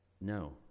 No